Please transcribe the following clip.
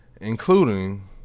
including